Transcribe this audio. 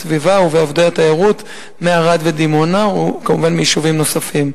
בסביבה ובעובדי התיירות מערד ודימונה וכמובן מיישובים נוספים.